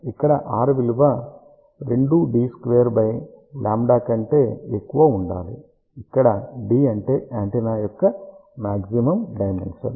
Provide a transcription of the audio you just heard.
ఇక్కడ r విలువ 2 d2 λ కంటే ఎక్కువ ఉండాలి ఇక్కడ d అంటే యాంటెన్నా యొక్క మాగ్జిమం డైమెన్షన్